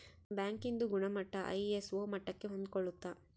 bank ಇಂದು ಗುಣಮಟ್ಟ ISO ಮಟ್ಟಕ್ಕೆ ಹೊಂದ್ಕೊಳ್ಳುತ್ತ